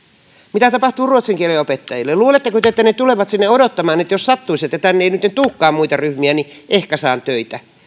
mitä tapahtuu ruotsin kielen opettajille luuletteko te että ne tulevat sinne odottamaan että jos sattuisi että tänne ei nytten tulekaan muita ryhmiä niin ehkä saan töitä